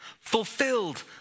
fulfilled